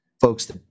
folks